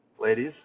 Ladies